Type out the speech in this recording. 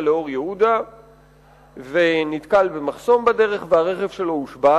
לאור-יהודה ונתקל במחסום בדרך והרכב שלו הושבת.